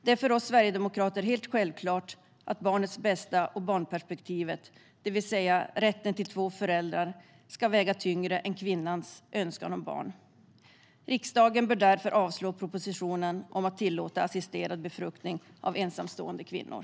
Det är för oss sverigedemokrater helt självklart att barnets bästa och barnperspektivet, det vill säga rätten till två föräldrar, ska väga tyngre än kvinnans önskan om barn. Riksdagen bör därför avslå propositionen om att tillåta assisterad befruktning av ensamstående kvinnor.